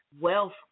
wealth